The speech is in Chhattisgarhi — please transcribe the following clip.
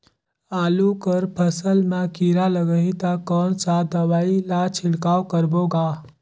आलू कर फसल मा कीरा लगही ता कौन सा दवाई ला छिड़काव करबो गा?